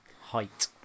Height